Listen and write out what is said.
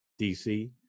DC